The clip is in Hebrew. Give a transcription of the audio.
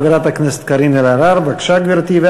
חברת הכנסת קארין אלהרר, בבקשה, גברתי.